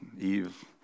Eve